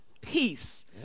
peace